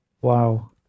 Wow